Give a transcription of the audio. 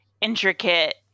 intricate